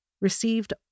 received